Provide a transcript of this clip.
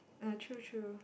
uh true true